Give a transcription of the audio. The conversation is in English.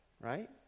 right